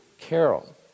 carol